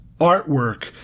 artwork